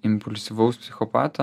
impulsyvaus psichopato